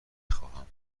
خواهم